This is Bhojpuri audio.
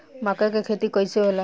मका के खेती कइसे होला?